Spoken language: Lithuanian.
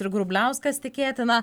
ir grubliauskas tikėtina